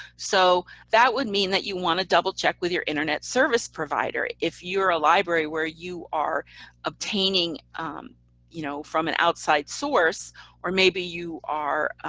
so that would mean that you want to double check with your internet service provider. if you're a library where you are obtaining you know from an outside source source or maybe you are,